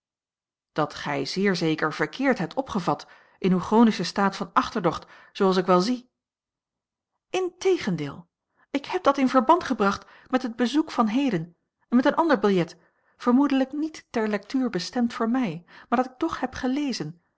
dat gij zeer zeker verkeerd hebt opgevat in uw chronischen staat van achterdocht zooals ik wel zie integendeel ik heb dat in verband gebracht met het bezoek van heden en met een ander biljet vermoedelijk niet ter lectuur bestemd voor mij maar dat ik toch heb gelezen